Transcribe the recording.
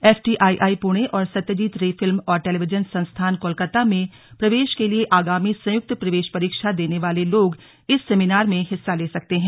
FTII Pune और Satyajit Ray film और television संस्थान कोलकाता में प्रवेश के लिए आगामी संयुक्त प्रवेश परीक्षा देने वाले लोग इस सेमिनार में हिस्सा ले सकते हैं